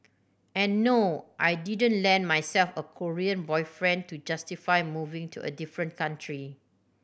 and no I didn't land myself a Korean boyfriend to justify moving to a different country